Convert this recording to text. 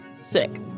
Sick